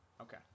Okay